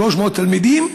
300 תלמידים,